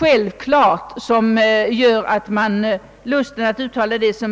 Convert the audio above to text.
självklart som gjort att man reserverat sig.